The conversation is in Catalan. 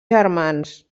germans